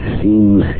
seems